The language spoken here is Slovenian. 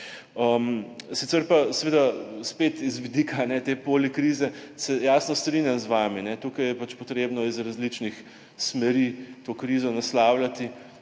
Sicer pa seveda spet z vidika te polikrize, se jasno strinjam z vami, tukaj je pač potrebno iz različnih smeri to krizo naslavljati.